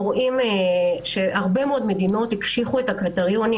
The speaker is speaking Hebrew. רואים שהרבה מאוד מדינות הקשיחו את הקריטריונים